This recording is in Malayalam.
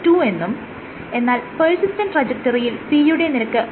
2 എന്നും എന്നാൽ പെർസിസ്റ്റന്റ് ട്രജക്ടറിയിൽ P യുടെ നിരക്ക് 0